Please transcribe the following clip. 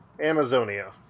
amazonia